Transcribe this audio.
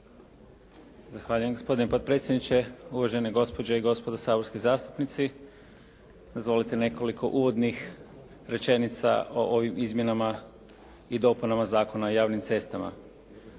Zahvaljujem gospodine potpredsjedniče. Uvaženi gospođe i gospodo saborski zastupnici. Dozvolite nekoliko uvodnih rečenica o ovim izmjenama i dopunama Zakona o javnim cestama.